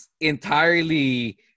entirely